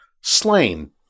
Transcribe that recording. Slain